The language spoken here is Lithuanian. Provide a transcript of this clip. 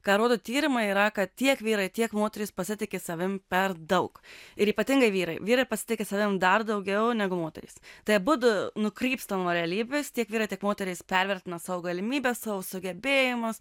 ką rodo tyrimai yra kad tiek vyrai tiek moterys pasitiki savim per daug ir ypatingai vyrai vyrai pasitiki savim dar daugiau negu moterys tai abudu nukrypstam nuo realybės tiek vyrai tiek moterys pervertina savo galimybes savo sugebėjimus